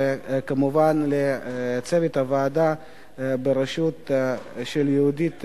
וכמובן לצוות הוועדה בראשות יהודית גידלי,